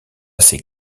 ses